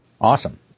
Awesome